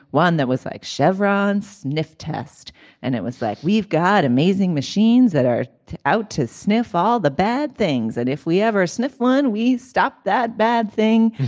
one that was like chevron's sniff test and it was like we've got amazing machines that are out to sniff all the bad things and if we ever sniff one we stop that bad thing.